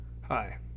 Hi